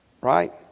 right